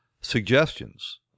suggestions